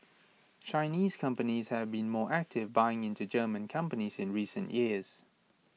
Chinese companies have been more active buying into German companies in recent years